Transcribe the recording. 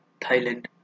Thailand